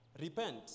Repent